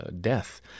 death